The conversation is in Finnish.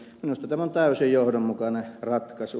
minusta tämä on täysin johdonmukainen ratkaisu